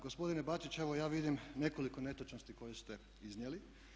Gospodine Bačić evo ja vidim nekoliko netočnosti koje ste iznijeli.